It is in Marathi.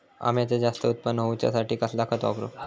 अम्याचा जास्त उत्पन्न होवचासाठी कसला खत वापरू?